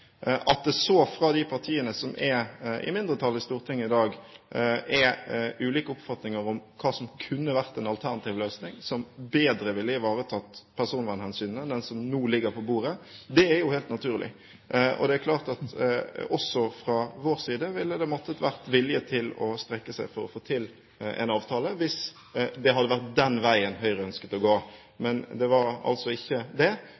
At det så blant de partiene som er i mindretall i Stortinget i dag, er ulike oppfatninger om hva som kunne vært en alternativ løsning som bedre ville ivaretatt personvernhensynet enn den som nå ligger på bordet, er jo helt naturlig. Det er klart at også fra vår side ville det måtte vært vilje til å strekke seg for å få til en avtale hvis det hadde vært den veien Høyre ønsket å gå. Men det var altså ikke det,